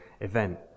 event